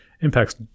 impacts